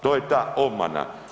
To je ta obmana.